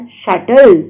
shuttle